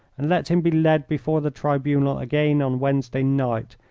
and let him be led before the tribunal again on wednesday night.